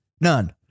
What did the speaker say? None